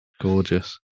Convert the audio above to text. gorgeous